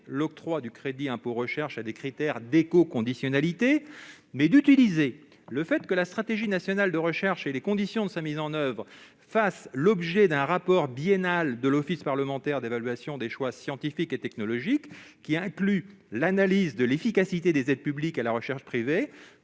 l'octroi du crédit d'impôt recherche à des critères d'écoconditionnalité, mais d'utiliser le fait que la stratégie nationale de recherche et les conditions de sa mise en oeuvre font l'objet d'un rapport biennal de l'Office parlementaire d'évaluation des choix scientifiques et technologiques, l'Opecst, qui inclut l'analyse de l'efficacité des aides publiques à la recherche privée,